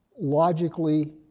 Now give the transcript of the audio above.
logically